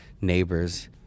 neighbors